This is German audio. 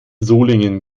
solingen